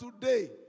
today